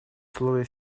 условия